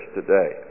today